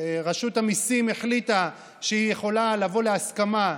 רשות המיסים החליטה שהיא יכולה לבוא להסכמה,